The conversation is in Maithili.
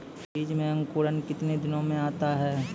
बीज मे अंकुरण कितने दिनों मे आता हैं?